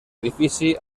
edifici